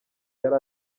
yari